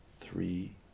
three